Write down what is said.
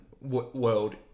world